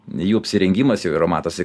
jų apsirengimas jau yra matosi